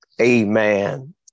Amen